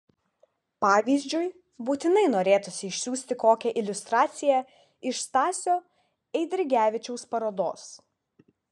pavyzdžiui būtinai norėtųsi išsiųsti kokią iliustraciją iš stasio eidrigevičiaus parodos